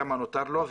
כמה נותר לו?',